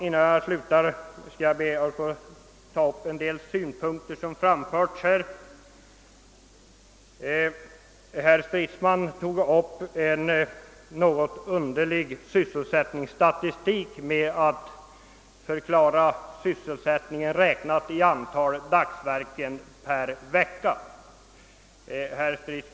Innan jag slutar vill jag också beröra några synpunkter som här framförts. Herr Stridsman drog fram en något underlig statistik över sysselsättningen, räknad i antalet dagsverken per vecka.